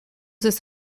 this